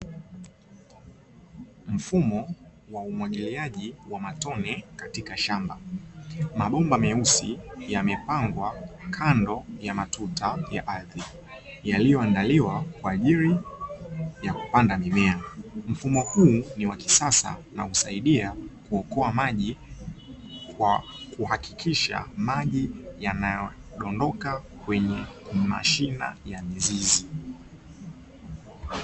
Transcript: Mfumo wa umwagiliaji wa matone katika shamba, mabomba meusi yamepangwa kando ya matuta ya ardhi yaliyoandaliwa kwa ajili ya kupanda mimea. Mfumo huu ni wa kisasa na husaidia kuokoa maji kwa kuhakikisha maji yanadondoka kwenye mashina ya mizizi.